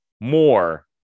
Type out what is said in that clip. more